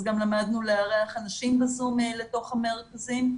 אז גם למדנו לארח אנשים בזום לתוך המרכזים.